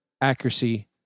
accuracy